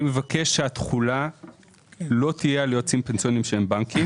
אני מבקש שהתחולה לא תהיה על יועצים פנסיוניים שהם בנקים.